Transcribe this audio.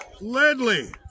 Ledley